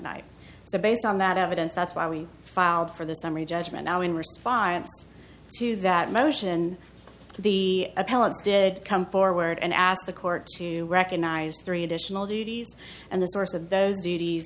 night so based on that evidence that's why we filed for the summary judgment now in response to that motion the appellate did come forward and asked the court to recognize three additional duties and the source of those duties